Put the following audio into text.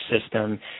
system